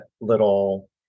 little